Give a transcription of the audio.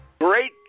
Great